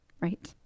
right